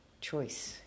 Choice